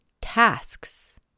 tasks